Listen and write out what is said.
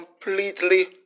completely